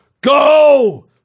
go